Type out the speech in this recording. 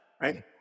Right